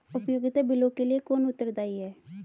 उपयोगिता बिलों के लिए कौन उत्तरदायी है?